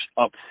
up